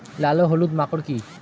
লাল ও হলুদ মাকর কী?